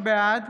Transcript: בעד